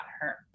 hurt